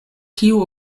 kio